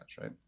right